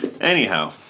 Anyhow